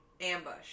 ambush